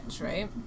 right